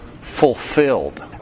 fulfilled